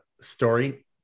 story